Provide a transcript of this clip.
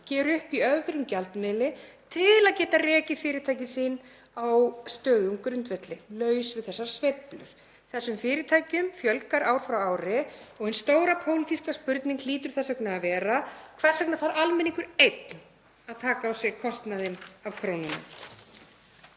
gera upp í öðrum gjaldmiðli til að geta rekið fyrirtæki sín á stöðugum grundvelli, laus við þessar sveiflur. Þessum fyrirtækjum fjölgar ár frá ári. Hin stóra pólitíska spurning hlýtur þess vegna að vera: Hvers vegna þarf almenningur einn að taka á sig kostnaðinn af krónunni?